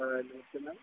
हां जी किन्ना